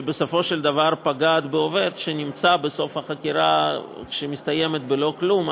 שבסופו של דבר פוגעת בעובד שנמצא בסוף בחקירה שמסתיימת בלא כלום,